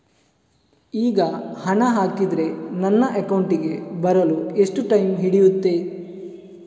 ಈಗ ಹಣ ಹಾಕಿದ್ರೆ ನನ್ನ ಅಕೌಂಟಿಗೆ ಬರಲು ಎಷ್ಟು ಟೈಮ್ ಹಿಡಿಯುತ್ತೆ?